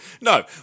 no